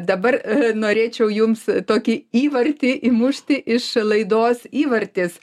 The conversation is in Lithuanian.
dabar a norėčiau jums tokį įvartį įmušti iš laidos įvartis